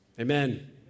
Amen